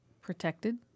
protected